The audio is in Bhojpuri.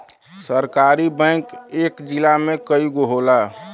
सहकारी बैंक इक जिला में कई गो होला